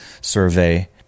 Survey